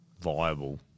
viable